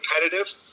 competitive